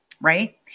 Right